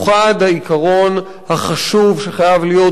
העיקרון החשוב שחייב להיות בחוק,